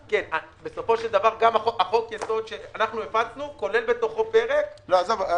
בסופו של דבר חוק-היסוד שאנחנו הפצנו כולל בתוכו פרק --- עזוב,